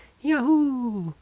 yahoo